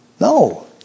No